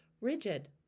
rigid